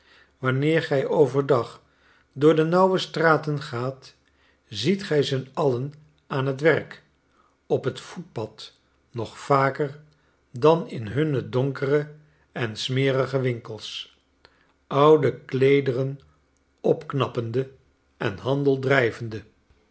wanneer gij over dag door de nauwe straten gaat ziet gij ze alien aan het werk op het voetpad nog vaker dan in hunne donkere en smerige winkels oude kleederen opknappende en handel drijvende